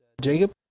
Jacob